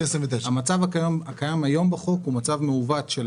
המצב שקיים היום בחוק הוא מצב מעוות של